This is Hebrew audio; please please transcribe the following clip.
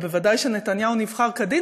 וודאי שנתניהו נבחר כדין.